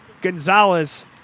Gonzalez